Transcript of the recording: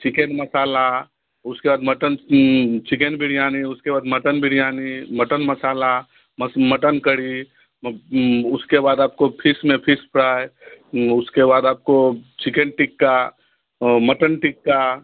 chicken masala उसके बाद mutton chicken biryani उसके बाद मटन बिरयानी मटन मसाला मस मटन करी उसके बाद आप को फिश में फिश फ्राई उसके बाद आप को चिकेन टिक्का मटन टिक्का